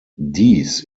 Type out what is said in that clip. dies